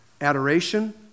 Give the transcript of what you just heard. Adoration